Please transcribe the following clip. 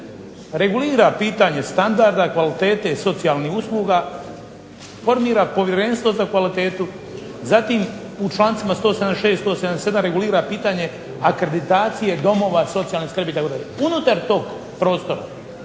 regulira pitanje standarda kvalitete socijalnih usluga, formira povjerenstvo za kvalitetu. Zatim, u člancima 176., 177. regulira pitanje akreditacije domova socijalne skrbi itd. Unutar tog prostora